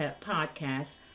podcasts